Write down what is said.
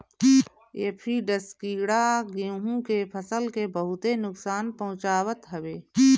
aphids कीड़ा गेंहू के फसल के बहुते नुकसान पहुंचावत हवे